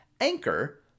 anchor